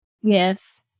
Yes